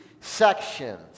sections